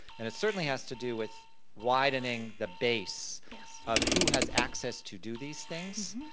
and it certainly has to do with widening the base yeah of who has access to do these things,